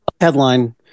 Headline